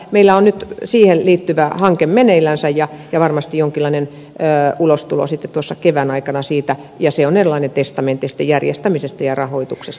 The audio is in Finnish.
meillä on nyt siihen liittyvä hanke meneillänsä ja varmasti jonkinlainen ulostulo siitä kevään aikana ja se on eräänlainen testamentti järjestämisestä ja rahoituksesta